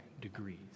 degrees